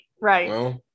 Right